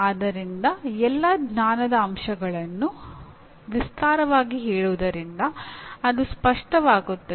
ಆದ್ದರಿಂದ ಎಲ್ಲಾ ಜ್ಞಾನದ ಅಂಶಗಳನ್ನು ವಿಸ್ತಾರವಾಗಿ ಹೇಳುವುದರಿಂದ ಅದು ಸ್ಪಷ್ಟವಾಗುತ್ತದೆ